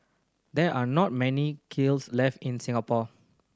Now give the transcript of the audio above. there are not many kilns left in Singapore